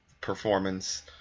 performance